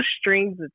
strings